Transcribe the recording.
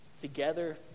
together